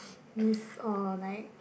mist or like